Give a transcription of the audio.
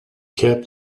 kept